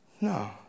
No